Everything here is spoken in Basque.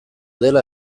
dela